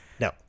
No